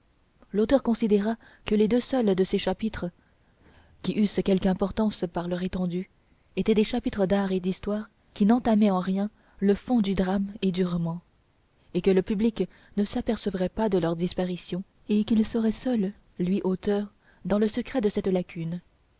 l'auteur considéra que les deux seuls de ces chapitres qui eussent quelque importance par leur étendue étaient des chapitres d'art et d'histoire qui n'entamaient en rien le fond du drame et du roman que le public ne s'apercevrait pas de leur disparition et qu'il serait seul lui auteur dans le secret de cette lacune